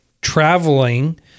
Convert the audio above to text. traveling